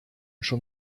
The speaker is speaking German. schon